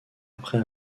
après